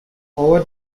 over